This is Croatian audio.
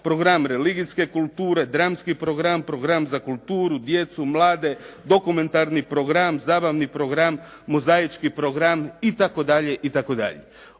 program religijske kulture, dramski program, program za kulturu, djecu, mlade, dokumentarni program, zabavni program, mozaički program itd. Ono